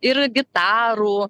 ir gitarų